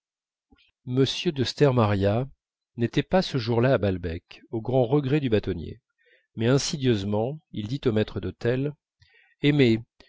m de stermaria n'était pas ce jour-là à balbec au grand regret du bâtonnier mais insidieusement il dit au maître d'hôtel aimé